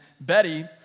Betty